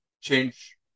change